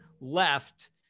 left